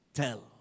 tell